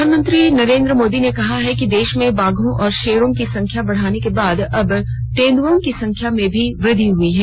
प्रधानमंत्री नरेन्द्र मोदी ने कहा है कि देश में बाघों और शेरों की संख्याम बढने के बाद अब तेंद्ओं की संख्याश में भी वृद्धि हुई है